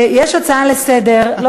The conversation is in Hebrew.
יש הצעה לסדר-היום.